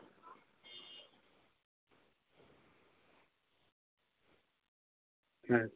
ᱦᱮᱸ